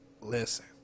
Listen